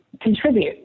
contribute